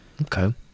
Okay